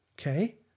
Okay